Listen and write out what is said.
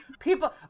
People –